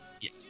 Yes